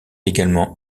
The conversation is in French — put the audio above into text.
également